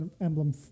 Emblem